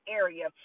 area